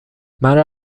مرا